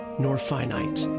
nor finite.